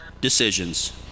decisions